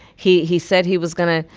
he he said he was going to,